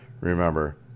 Remember